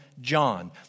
John